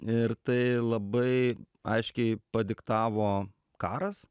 ir tai labai aiškiai padiktavo karas